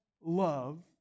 love